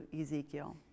Ezekiel